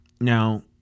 Now